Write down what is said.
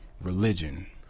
Religion